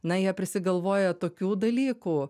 na jie prisigalvoja tokių dalykų